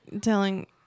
telling